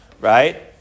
right